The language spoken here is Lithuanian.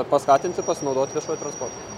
paskatinti pasinaudot viešuoju transportu